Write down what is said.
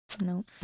Nope